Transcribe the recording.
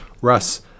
Russ